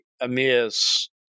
emirs